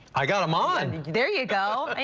i got him on there you go.